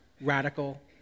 radical